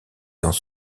dans